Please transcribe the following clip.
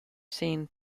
seen